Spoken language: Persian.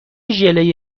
ژله